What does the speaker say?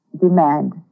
demand